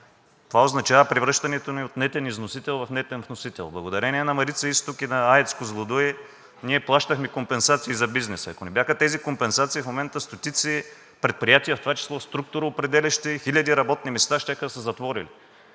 Това означава превръщането ни от нетен износител в нетен вносител. Благодарение на Марица изток и на АЕЦ „Козлодуй“ ние плащахме компенсации за бизнеса. Ако не бяха тези компенсации, в момента стотици предприятия, в това число структуроопределящи, хиляди работни места щяха да са затворили.